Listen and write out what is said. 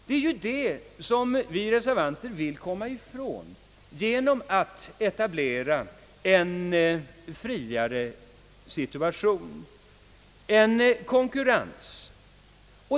Det är detta vi reservanter vill komma ifrån genom att etablera en friare situation — genom att etablera konkurrens.